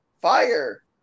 Fire